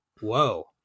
whoa